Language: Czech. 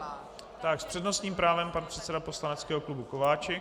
S přednostním právem pan předseda poslaneckého klubu Kováčik.